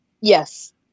Yes